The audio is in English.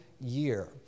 year